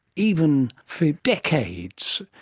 even for decades.